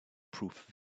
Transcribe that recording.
proof